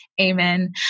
amen